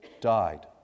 died